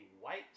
white